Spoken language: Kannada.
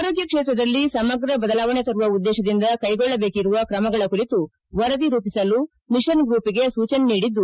ಆರೋಗ್ತ ಕ್ಷೇತ್ರದಲ್ಲಿ ಸಮಗ್ರ ಬದಲಾವಣೆ ತರುವ ಉದ್ದೇಶದಿಂದ ಕೈಗೊಳ್ಳಬೇಕಿರುವ ಕ್ರಮಗಳ ಕುರಿತು ವರದಿ ರೂಪಿಸಲು ವಿಷನ್ ಗೂಪ್ಗೆ ಸೂಜನೆ ನೀಡಿದ್ದು